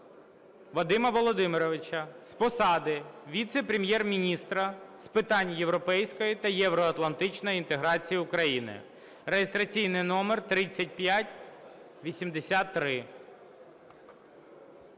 Вадима Володимировича з посади Віце-прем'єр-міністра з питань європейської та євроатлантичної інтеграції України (реєстраційний номер 3583).